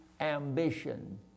ambition